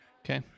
Okay